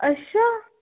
अच्छा